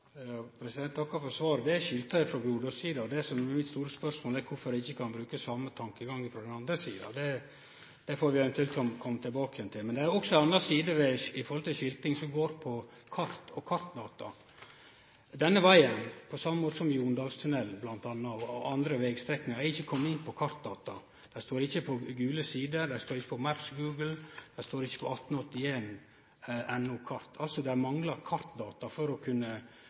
Eg takkar for svaret. Det er skilta frå Grodåssida. Det som er mitt store spørsmål, er kvifor dei ikkje kan bruke same tankegangen frå den andre sida. Det får vi eventuelt komme tilbake til. Men det er også ei anna side når det gjeld skilting, som går på kart og kartdata. Denne vegen, på same måten som bl.a. Jondalstunnelen og andre vegstrekningar, er ikkje kommen inn på kartdata. Dei står ikkje på Gule Sider, dei står ikkje på Google Maps, og dei står ikkje på 1881.no/Kart. Det manglar kartdata for